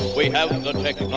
we have the technology.